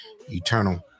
Eternal